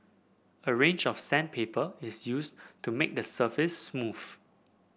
a range of sandpaper is used to make the surface smooth